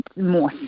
More